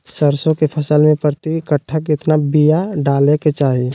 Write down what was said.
सरसों के फसल में प्रति कट्ठा कितना बिया डाले के चाही?